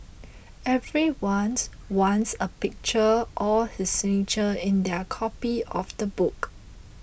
every once wants a picture or his signature in their copy of the book